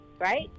right